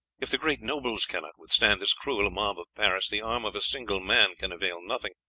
if the great nobles cannot withstand this cruel mob of paris, the arm of a single man can avail nothing,